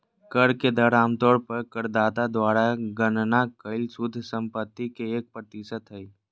कर के दर आम तौर पर करदाता द्वारा गणना कइल शुद्ध संपत्ति के एक प्रतिशत हइ